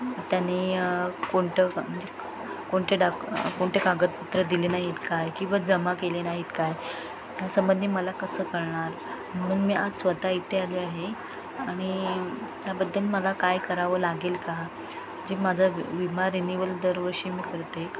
त्याने कोणतं म्हणजे कोणते डाक कोणते कागदपत्रं दिले नाहीत काय किंवा जमा केले नाहीत काय ह्या संबंधी मला कसं कळणार म्हणून मी आज स्वतः इथे आले आहे आणि त्याबद्दल मला काय करावं लागेल का जे माझा वि विमा रिनिवल दरवर्षी मी करते